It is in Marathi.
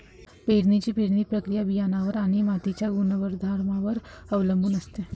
पेरणीची पेरणी प्रक्रिया बियाणांवर आणि मातीच्या गुणधर्मांवर अवलंबून असते